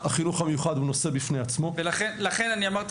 שהחינוך המיוחד הוא נושא בפני עצמו --- ולכן אמרתי